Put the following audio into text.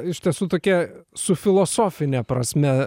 iš tiesų tokia su filosofine prasme